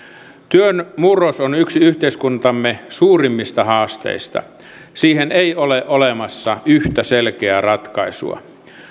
työn murros on yksi yhteiskuntamme suurimmista haasteista siihen ei ole olemassa yhtä selkeää ratkaisua